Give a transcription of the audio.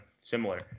similar